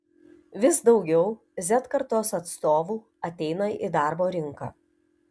vis daugiau z kartos atstovų ateina į darbo rinką